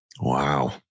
wow